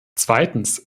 zweitens